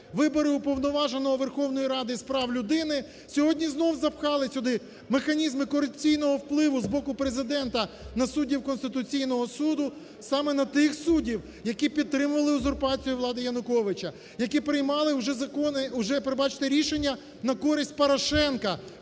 вибори Уповноваженого Верховної Ради з прав людини, сьогодні знов запхали сюди механізми корупційного впливу з боку Президента на суддів Конституційного Суду, саме на тих суддів, які підтримували узурпацію влади Януковича, які приймали вже закони, уже, пробачте, рішення на користь Порошенка